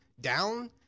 down